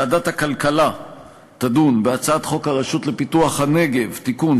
ועדת הכלכלה תדון בהצעת חוק הרשות לפיתוח הנגב (תיקון,